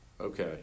Okay